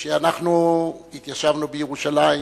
שאנחנו התיישבנו בירושלים.